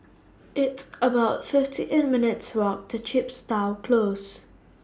It's about fifty eight minutes' Walk to Chepstow Close